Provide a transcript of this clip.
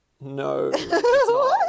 No